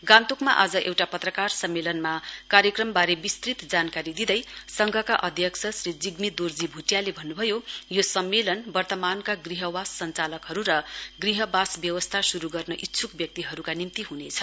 गान्तोकमा आज एउटा पत्रकार सम्मेलन कार्यक्रमवारे विस्तृत जानकारी दिँदै संघका अध्यक्ष श्री जिग्मी दोर्जी भुटियाले भन्नुभयो यो सम्मेलन वर्तमानका ग्रहवास संचालकहरु र ग्रह्नवास व्यवस्था शुरु गर्न इच्छुक व्यक्तिहरुका निम्ति हुनेछ